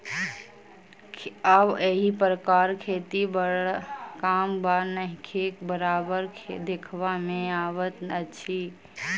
आब एहि प्रकारक खेती बड़ कम वा नहिके बराबर देखबा मे अबैत अछि